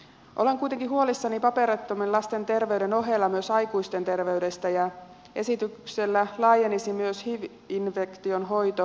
olen kuitenkin huolissani paperittomien lasten terveyden ohella myös aikuisten terveydestä ja esityksellä laajenisi myös hiv infektion hoito